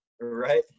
Right